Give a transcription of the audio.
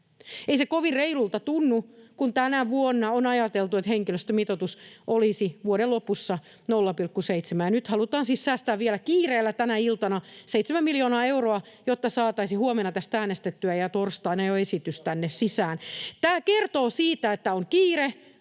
Ei se kovin reilulta tunnu, kun tänä vuonna on ajateltu, että henkilöstömitoitus olisi vuoden lopussa 0,7, ja nyt halutaan siis säästää vielä kiireellä tänä iltana seitsemän miljoonaa euroa, jotta saataisiin huomenna tästä äänestettyä ja torstaina jo esitys tänne sisään. Tämä kertoo siitä, että on kiire